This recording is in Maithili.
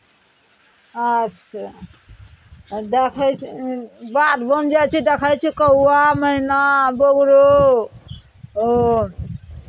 अच्छा तऽ देखै छी बाध बन जाइ छी देखै छी कौआ मैना बगुलो अभी आओर छै